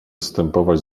zstępować